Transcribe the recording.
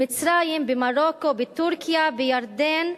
במצרים, במרוקו, בטורקיה, בירדן,